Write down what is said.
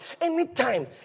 Anytime